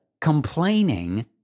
complaining